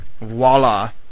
voila